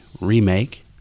remake